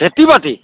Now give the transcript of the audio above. খেতি বাতি